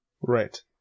Right